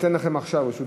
ניתן לכם עכשיו רשות דיבור.